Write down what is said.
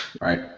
right